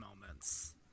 moments